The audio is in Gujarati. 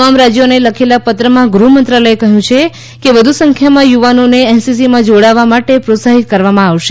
તમામ રાજ્યોને લખેલા પત્રમાં ગૃહમંત્રાલયે કહ્યું છે કે વધુ સંખ્યામાં યુવાનોને એનસીસીમાં જોડાવા માટે પ્રોત્સાહિત કરવામાં આવશે